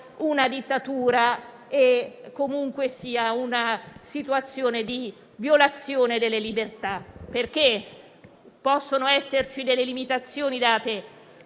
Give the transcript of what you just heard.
una dittatura, e comunque una situazione di violazione delle libertà. Possono esserci delle limitazioni